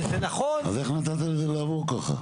אז איך נתת לזה לעבור ככה?